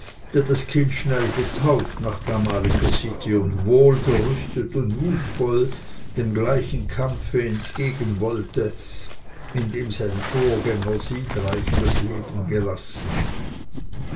das kind schnell getauft nach damaliger sitte und wohlgerüstet und mutvoll dem gleichen kampfe entgegengehen wollte in dem sein vorgänger siegreich das leben gelassen